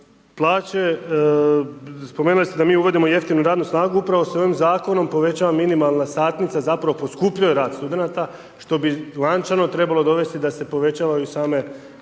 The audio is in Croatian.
plaće spomenuli ste da mi uvodimo jeftinu radnu snagu, upravo se ovim zakonom povećava minimalna satnica, zapravo poskupljuje rad studenata, što bi lančano trebalo dovesti da se povećavaju same